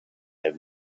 have